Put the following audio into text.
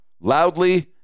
loudly